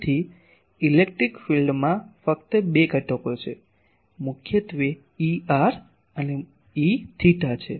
તેથી ઇલેક્ટ્રિક ફીલ્ડમાં ફક્ત બે ઘટકો છે મુખ્યત્વે Er અને Eθ છે